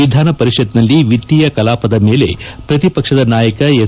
ವಿಧಾನಪರಿಷತ್ನಲ್ಲಿ ವಿತ್ತೀಯ ಕಲಾಪದ ಮೇಲೆ ಪ್ರತಿಪಕ್ಷದ ನಾಯಕ ಎಸ್